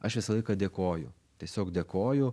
aš visą laiką dėkoju tiesiog dėkoju